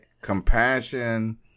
compassion